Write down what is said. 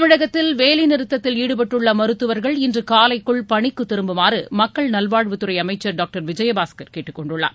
தமிழகத்தல் வேலை நிறுத்தத்தில் ஈடுபட்டுள்ள மருத்துவர்கள் இன்று காலைக்குள் பணிக்கு திருப்புமாறு மக்கள் நல்வாழ்வுத்துறை அமைச்சர் டாக்டர் விஜயபாஸ்கர் கேட்டுக்கொண்டுள்ளார்